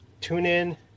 TuneIn